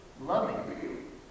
loving